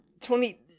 Tony